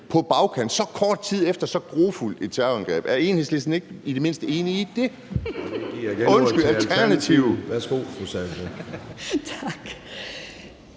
på bagkant så kort tid efter så grufuldt et terrorangreb. Er Enhedslisten ikke i det mindste enig i det? Undskyld, Alternativet. Kl.